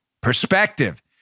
perspective